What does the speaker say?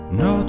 no